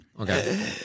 Okay